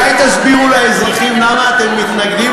אולי תסבירו לאזרחים למה אתם מתנגדים